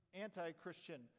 anti-Christian